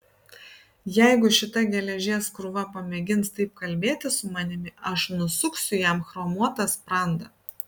jeigu šita geležies krūva pamėgins taip kalbėti su manimi aš nusuksiu jam chromuotą sprandą